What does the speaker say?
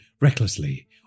recklessly